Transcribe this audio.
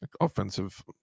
offensive